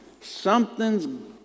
Something's